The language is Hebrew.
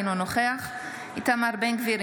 אינו נוכח איתמר בן גביר,